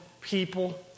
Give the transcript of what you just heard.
people